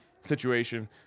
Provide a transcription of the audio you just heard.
situation